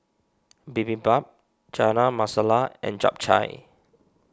Bibimbap Chana Masala and Japchae